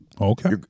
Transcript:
Okay